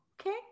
okay